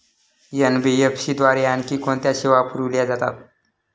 NBFC द्वारे आणखी कोणत्या सेवा पुरविल्या जातात?